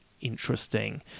interesting